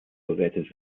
bewertet